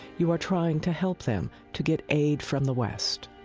you are trying to help them to get aid from the west